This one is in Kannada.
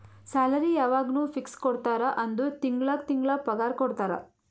ಸ್ಯಾಲರಿ ಯವಾಗ್ನೂ ಫಿಕ್ಸ್ ಕೊಡ್ತಾರ ಅಂದುರ್ ತಿಂಗಳಾ ತಿಂಗಳಾ ಪಗಾರ ಕೊಡ್ತಾರ